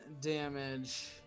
damage